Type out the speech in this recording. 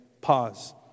Pause